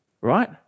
right